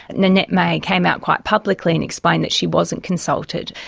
nanette may came out quite publicly and explained that she wasn't consulted.